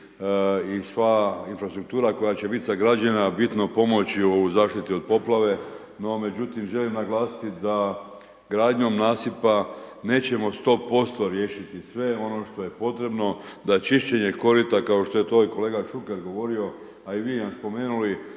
i sva infrastruktura koja će biti sagrađena, bit na pomoći u zaštiti od poplave, no međutim želim naglasiti da gradnjom nasipa nećemo 100% riješiti sve ono što je potrebno da čišćenje korita, kao što je to i kolega Šuker govorio, a i vi nam spomenuli,